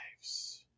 lives